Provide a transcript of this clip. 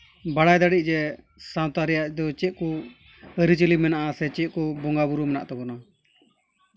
ᱵᱟᱲᱟᱭ ᱫᱟᱲᱮᱜ ᱡᱮ ᱥᱟᱶᱛᱟ ᱨᱮᱭᱟᱜ ᱫᱚ ᱪᱮᱫ ᱠᱚ ᱟᱹᱨᱤᱼᱪᱟᱹᱞᱤ ᱢᱮᱱᱟᱜ ᱟᱥᱮ ᱪᱮᱫ ᱠᱚ ᱵᱚᱸᱜᱟᱼᱵᱳᱨᱳ ᱢᱮᱱᱟᱜ ᱛᱟᱵᱳᱱᱟ